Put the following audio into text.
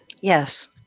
Yes